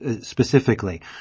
Specifically